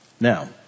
Now